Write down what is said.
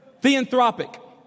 Theanthropic